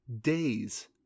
days